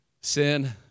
sin